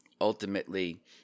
ultimately